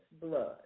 blood